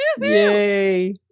yay